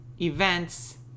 events